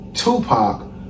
Tupac